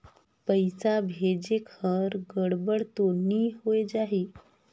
पइसा भेजेक हर गड़बड़ तो नि होए जाही?